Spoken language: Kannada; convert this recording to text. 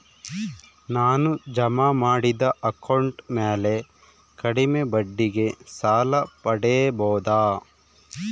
ನಾನು ಜಮಾ ಮಾಡಿದ ಅಕೌಂಟ್ ಮ್ಯಾಲೆ ಕಡಿಮೆ ಬಡ್ಡಿಗೆ ಸಾಲ ಪಡೇಬೋದಾ?